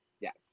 Yes